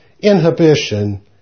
inhibition